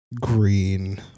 green